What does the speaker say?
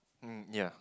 mm yea